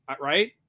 right